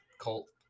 cult